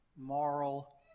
moral